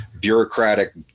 bureaucratic